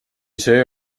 see